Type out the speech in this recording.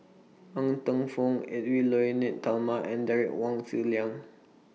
Ng Teng Fong Edwy Lyonet Talma and Derek Wong Zi Liang